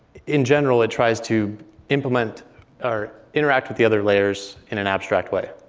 in general, it tries to implement or interact with the other layers in an abstract way.